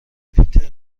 پیتر